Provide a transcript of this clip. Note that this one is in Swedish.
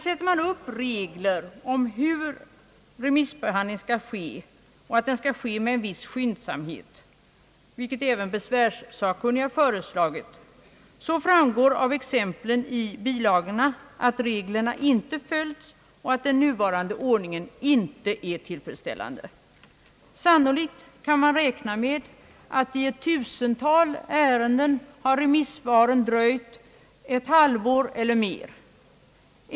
Sätter man upp regler om hur remissbehandling skall ske och att den skall ske med viss skynd samhet, vilket även besvärssakkunniga föreslagit, så skall naturligtvis reglerna följas, men av exemplen i bilagorna framgår att så inte har skett och att den nuvarande ordningen inte är tillfredsställande. Sannolikt kan man räkna med att i tusentals ärenden har remissvaren dröjt ett halvår eller mer.